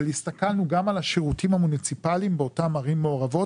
הסתכלנו גם על השירותים המוניציפליים באותן ערים מעורבות,